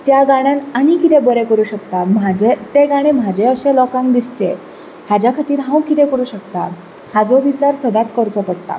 त्या गाण्यांत आनी कितें बरें करूंक शकता तें गाणें म्हाजें अशें लोकांक दिसचें हाज्या खातीर हांव कितें करूंक शकता हाचो विचार सदांच करचो पडटा